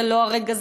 זה לא הרגע,